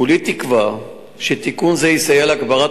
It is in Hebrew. כולי תקווה שתיקון זה יסייע להגברת